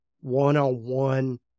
one-on-one